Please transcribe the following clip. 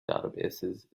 databases